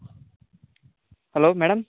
hello madam